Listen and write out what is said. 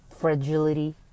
fragility